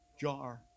jar